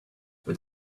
but